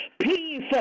peace